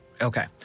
okay